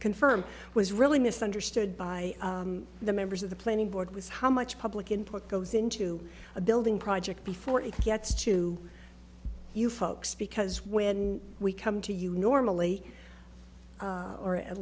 confirm was really misunderstood by the members of the planning board was how much public input goes into a building project before it gets to you folks because when we come to you normally or at